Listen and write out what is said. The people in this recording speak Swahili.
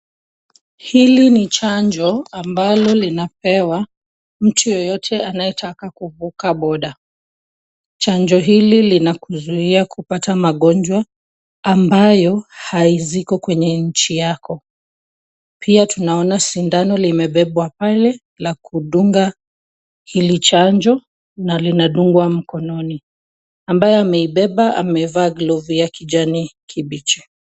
Hili ni chanjo ambalo linapewa mtu yeyote anayetaka kuvuka border . Chanjo hili linakuzuia kupata magonjwa ambayo haziko kwenye nchi yako. Pia tunaona sindano limebebwa pale la kudunga hili chanjo, na linadungwa mkononi, ambaye ameibeba amevaa glovu ya kijani kibichi.